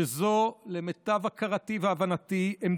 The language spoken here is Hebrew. שזו עמדתם, למיטב הכרתי והבנתי.